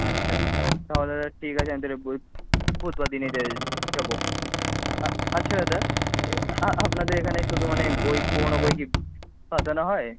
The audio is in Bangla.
আচ্ছা আচ্ছা তাহলে ঠিক আছে আমি তাহলে বুধবার দিনেই যাবো আচ্ছা দাদা এ আপনাদের এখানে শুধু মানে বই পুরোনো বই কি বাঁধানো হয়